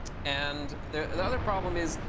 and the the other problem is,